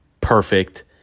perfect